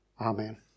Amen